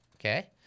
Okay